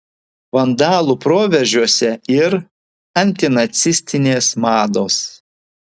vandalų proveržiuose ir antinacistinės mados